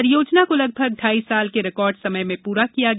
परियोजना को लगभग ढाई साल के रिकार्ड समय में पूरा किया गया